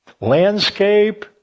landscape